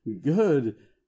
good